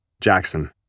Jackson